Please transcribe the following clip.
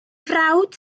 frawd